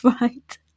right